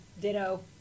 Ditto